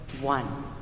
one